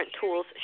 tools